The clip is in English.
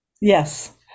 Yes